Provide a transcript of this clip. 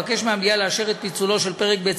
אבקש מהמליאה לאשר את פיצולו של פרק ב',